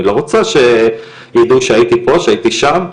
אני לא רוצה שיידעו שהייתי פה, שהייתי שם.